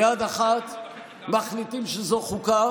ביד אחת מחליטים שזו חוקה